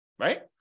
right